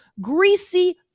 greasy